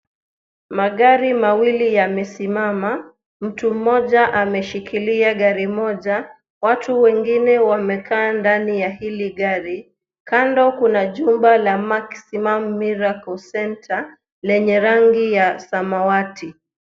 Magari mawili yamesimama, mtu mmoja ameshikilia gari moja watu wengine wamekaa ndani ya hili gari ,kando kuna jumba la maximum miracle center lenye rangi ya samawati.